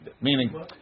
meaning